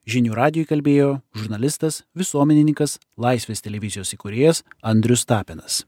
žinių radijui kalbėjo žurnalistas visuomenininkas laisvės televizijos įkūrėjas andrius tapinas